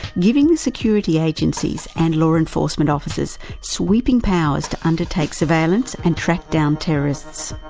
giving the security agencies and law enforcement officers sweeping powers to undertake surveillance and track down terrorists.